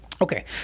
Okay